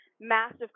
massive